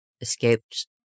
escaped